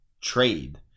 trade